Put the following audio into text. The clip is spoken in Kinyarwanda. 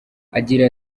agira